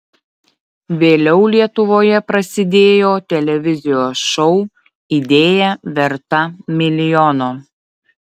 vėliau lietuvoje prasidėjo televizijos šou idėja verta milijono